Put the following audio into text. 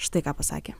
štai ką pasakė